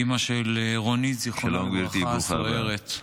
אימא של רונית, זיכרונה לברכה, הסוהרת.